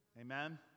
amen